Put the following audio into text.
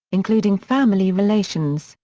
including family relations,